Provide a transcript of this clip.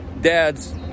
dads